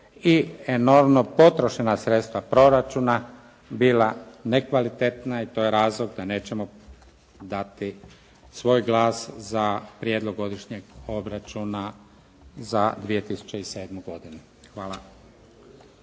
i enormno potrošena sredstva proračuna bila nekvalitetna i to je razlog da nećemo dati svoj glas za Prijedlog godišnjeg obračuna za 2007. godinu. Hvala.